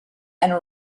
and